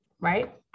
right